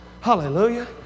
hallelujah